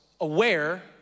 aware